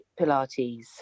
pilates